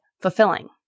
fulfilling